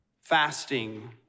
fasting